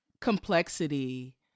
complexity